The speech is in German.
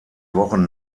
wochen